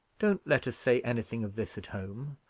don't let us say anything of this at home.